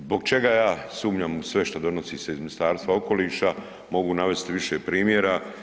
Zbog čega ja sumnjam u sve što donosi se iz Ministarstva okoliša mogu navesti više primjera.